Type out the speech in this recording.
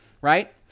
right